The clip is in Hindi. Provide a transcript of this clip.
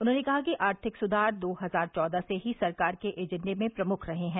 उन्होंने कहा कि आर्थिक सुघार दो हजार चौदह से ही सरकार के एजेण्डे में प्रमुख रहे हैं